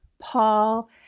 Paul